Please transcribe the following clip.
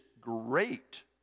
great